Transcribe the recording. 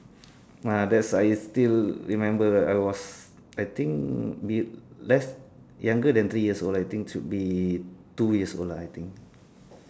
!wah! that's I still remember ah I was I think we bel~ less younger than three years old I think should be two years old lah I think